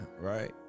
right